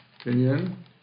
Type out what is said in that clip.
opinion